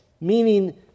meaning